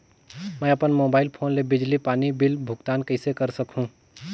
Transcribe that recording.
मैं अपन mobile phone ले बिजली पानी बिल भुगतान कइसे कर सकहुं?